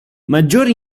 maggior